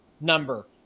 number